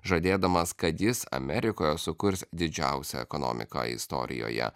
žadėdamas kad jis amerikoje sukurs didžiausią ekonomiką istorijoje